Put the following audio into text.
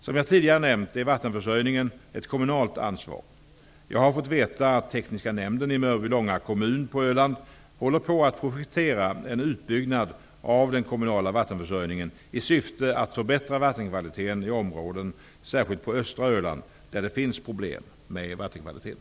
Som jag tidigare nämnt är vattenförsörjningen ett kommunalt ansvar. Jag har fått veta att tekniska nämnden i Mörbylånga kommun på Öland håller på att projektera en utbyggnad av den kommunala vattenförsörjningen i syfte att förbättra vattenkvaliteten i områden, särskilt på östra Öland, där det finns problem med vattenkvaliteten.